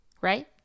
Right